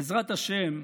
בעזרת השם,